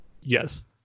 Yes